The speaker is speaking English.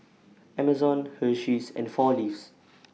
Amazon Hersheys and four Leaves